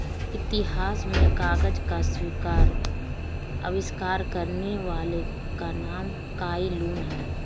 इतिहास में कागज का आविष्कार करने वाले का नाम काई लुन है